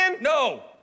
No